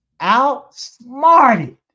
Outsmarted